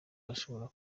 bashobora